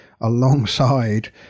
alongside